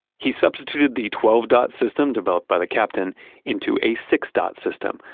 he substituted the twelve dot system developed by the captain into a six dot system,